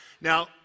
Now